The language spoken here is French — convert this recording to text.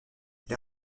les